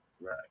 Right